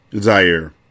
Zaire